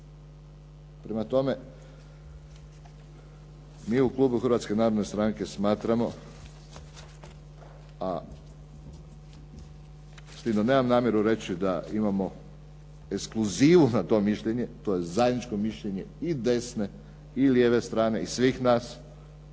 Prema tome, mi u klubu Hrvatske narodne stranke smatramo, a s tim da nemam namjeru reći da imamo ekskluzivu na to mišljenje, to je zajedničko mišljenje i desne i lijeve strane i svih nas